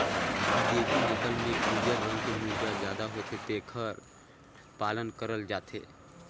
बिदेसी नसल में उजर रंग के मुरगा जादा होथे जेखर पालन करल जाथे